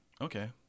Okay